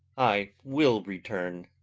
i will return.